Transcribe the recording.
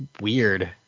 weird